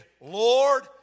Lord